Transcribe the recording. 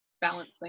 balance